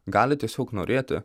gali tiesiog norėti